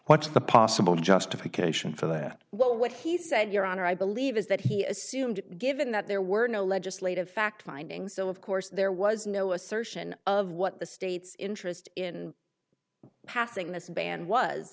what's the possible justification for that what he said your honor i believe is that he assumed given that there were no legislative fact finding so of course there was no assertion of what the state's interest in passing this band